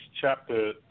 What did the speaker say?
chapter